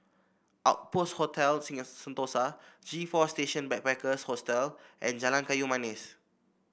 Outpost Hotel Sentosa G Four Station Backpackers Hostel and Jalan Kayu Manis